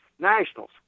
nationals